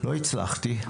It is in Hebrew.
לא הצלחתי.